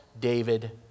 David